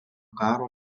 karo